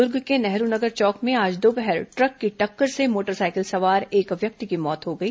द्र्ग के नेहरू नगर चौक में आज दोपहर ट्रक की टक्कर से मोटरसाइकिल सवार एक व्यक्ति की मौत हो गई